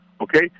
okay